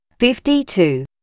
fifty-two